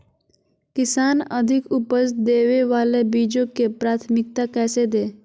किसान अधिक उपज देवे वाले बीजों के प्राथमिकता कैसे दे?